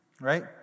right